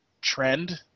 trend